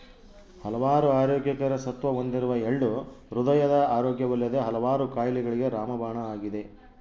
ಹಲವಾರು ಆರೋಗ್ಯಕರ ಸತ್ವ ಹೊಂದಿರುವ ಎಳ್ಳು ಹೃದಯದ ಆರೋಗ್ಯವಲ್ಲದೆ ಹಲವಾರು ಕಾಯಿಲೆಗಳಿಗೆ ರಾಮಬಾಣ ಆಗಿದೆ